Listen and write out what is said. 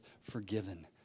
forgiven